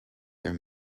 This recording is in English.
their